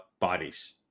bodies